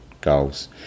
goals